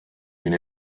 been